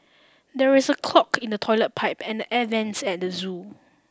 there is a clog in the toilet pipe and the air vents at the zoo